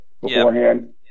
beforehand